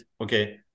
okay